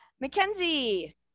Mackenzie